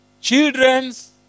Children's